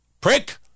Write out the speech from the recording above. Prick